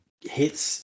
hits